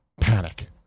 panic